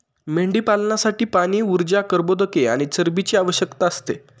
मेंढीपालनासाठी पाणी, ऊर्जा, कर्बोदके आणि चरबीची आवश्यकता असते